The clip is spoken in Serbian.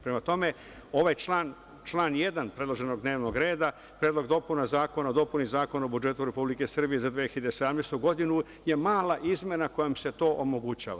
Prema tome, ovaj član 1. predloženog dnevnog reda Predlog dopuna zakona o dopuni Zakona o budžetu Republike Srbije za 2017. godinu je mala izmena kojom se to omogućava.